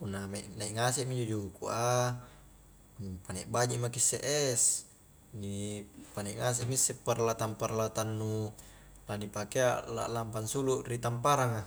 punna naik asek minjo juku' a panaik baji maki isse es ni panaik asek mi isse peralatan-peralatan nu la ni pakea laklampa nsulu ri tamparanga